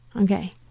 Okay